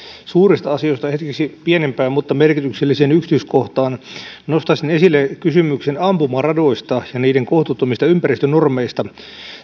suurista asioista hetkeksi pienempään mutta merkitykselliseen yksityiskohtaan nostaisin esille kysymyksen ampumaradoista ja niiden kohtuuttomista ympäristönormeista